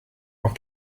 auf